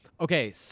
Okay